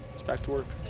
it's back to work.